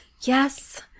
yes